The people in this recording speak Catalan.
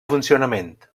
funcionament